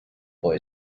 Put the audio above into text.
boy